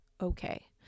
okay